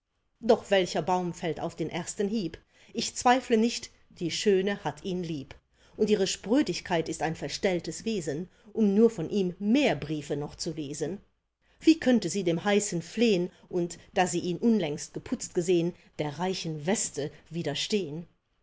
doch welcher baum fällt auf den ersten hieb ich zweifle nicht die schöne hat ihn lieb und ihre sprödigkeit ist ein verstelltes wesen um nur von ihm mehr briefe noch zu lesen wie könnte sie dem heißen flehn und da sie ihn unlängst geputzt gesehn der reichen weste